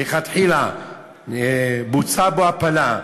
מלכתחילה בוצעה בו הפלה,